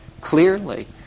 clearly